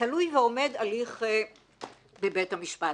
תלוי ועומד הליך בבית המשפט.